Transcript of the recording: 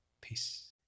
Peace